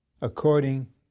according